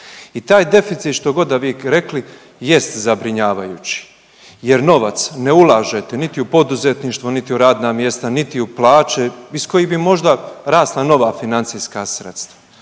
i taj deficit što god da vi rekli jest zabrinjavajući jer novac ne ulažete niti u poduzetništvo niti u radna mjesta, niti u plaće iz kojih bi možda rasla nova financijska sredstva.